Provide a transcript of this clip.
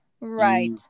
right